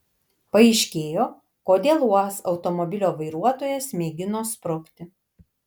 paaiškėjo kodėl uaz automobilio vairuotojas mėgino sprukti